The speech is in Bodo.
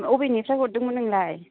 अबेनिफ्राय हरदोंमोन नोंलाय